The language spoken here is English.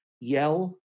yell